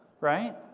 Right